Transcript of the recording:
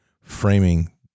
framing